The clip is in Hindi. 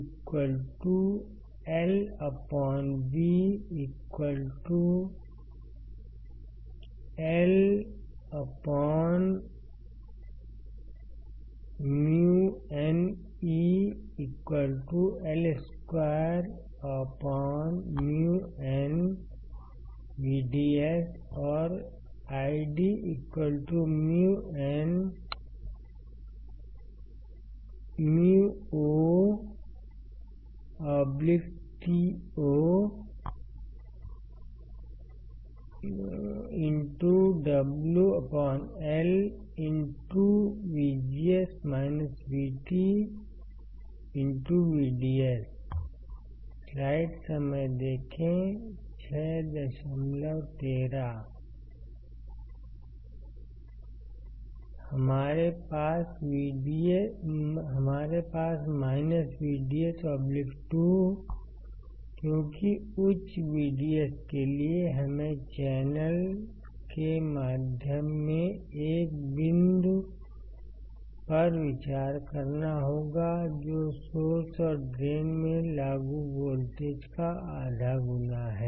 t LV LµnE L2µnVDS और IDµnεotoWLVDS हमारे पास VDS2 क्योंकि उच्च VDS के लिए हमें चैनल के बीच में एक बिंदु पर विचार करना होगा जो सोर्स और ड्रेन में लागू वोल्टेज का आधा गुना है